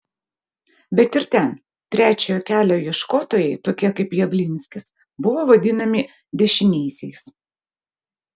bet ir ten trečiojo kelio ieškotojai tokie kaip javlinskis buvo vadinami dešiniaisiais